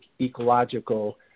ecological